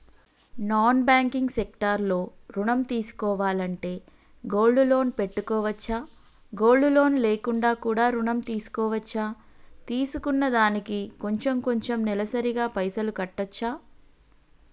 Non banking sector లో ఋణం తీసుకోవాలంటే గోల్డ్ లోన్ పెట్టుకోవచ్చా? గోల్డ్ లోన్ లేకుండా కూడా ఋణం తీసుకోవచ్చా? తీసుకున్న దానికి కొంచెం కొంచెం నెలసరి గా పైసలు కట్టొచ్చా?